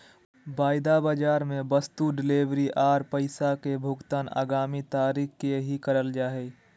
वायदा बाजार मे वस्तु डिलीवरी आर पैसा के भुगतान आगामी तारीख के ही करल जा हय